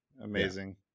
amazing